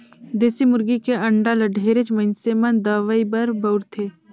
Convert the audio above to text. देसी मुरगी के अंडा ल ढेरेच मइनसे मन दवई बर बउरथे